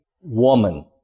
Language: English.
woman